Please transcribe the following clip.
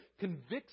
convicts